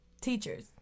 teachers